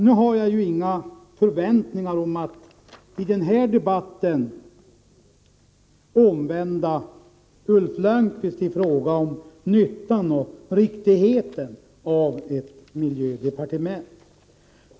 Nu har jag inga förväntningar om att i den här debatten kunna omvända Ulf Lönnqvist i fråga om nyttan och riktigheten av ett miljödepartement.